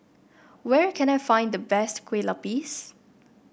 where can I find the best Kue Lupis